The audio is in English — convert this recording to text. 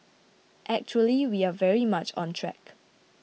actually we are very much on track